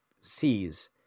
sees